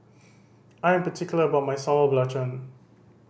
I am particular about my Sambal Belacan